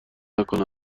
نکنه